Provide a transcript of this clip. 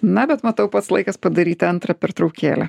na bet matau pats laikas padaryti antrą pertraukėlę